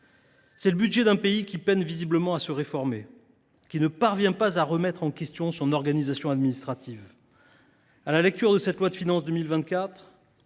C’est le budget d’un pays qui peine visiblement à se réformer, qui ne parvient pas à remettre en cause son organisation administrative. À la lecture de ce projet de loi de finances pour